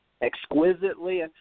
exquisitely